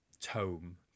tome